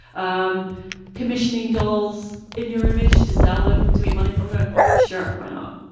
um commissioning dolls in your image to sell them, to make money from it sure, why not?